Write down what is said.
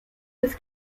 des